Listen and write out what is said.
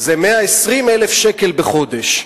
היא 120,000 שקלים בחודש.